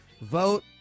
Vote